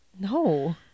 No